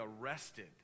arrested